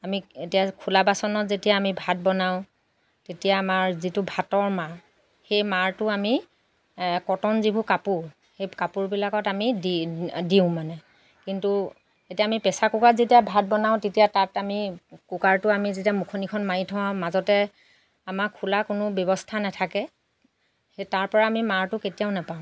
আমি এতিয়া খোলা বাচনত যেতিয়া আমি ভাত বনাওঁ তেতিয়া আমাৰ যিটো ভাতৰ মাৰ সেই মাৰটো আমি কটন যিবোৰ কাপোৰ সেই কাপোৰবিলাকত আমি দি দিওঁ মানে কিন্তু এতিয়া আমি প্ৰেচাৰ কুকাৰত যেতিয়া ভাত বনাওঁ তেতিয়া তাত আমি কুকাৰটোৰ আমি যেতিয়া মুখনিখন মাৰি থওঁ আৰু মাজতে আমাৰ খোলাৰ কোনো ব্যৱস্থা নাথাকে সেই তাৰ পৰা আমি মাৰটো কেতিয়াও নাপাওঁ